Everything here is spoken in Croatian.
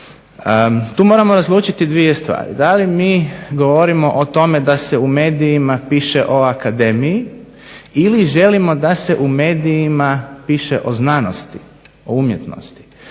Tu moramo razlučiti dvije stvari. Da li mi govorimo o tome da se u medijima piše o Akademiji ili želimo da se u medijima piše o znanosti, o umjetnosti?